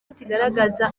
kigaragaza